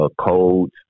codes